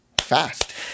fast